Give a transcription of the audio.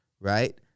right